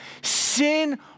Sin